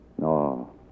No